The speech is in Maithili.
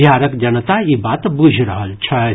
बिहारक जनता ई बात बूझि रहल छथि